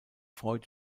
freud